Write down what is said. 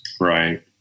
Right